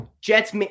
Jets